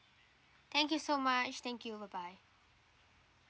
thank you so much thank you bye bye